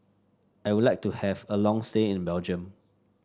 I would like to have a long stay in Belgium